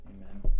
Amen